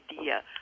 idea